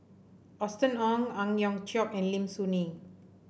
Austen Ong Ang Hiong Chiok and Lim Soo Ngee